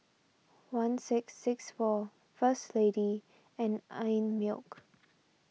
one six six four First Lady and Einmilk